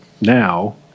now